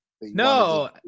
No